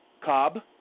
Cobb